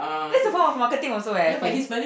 that's the point of marketing also eh I feel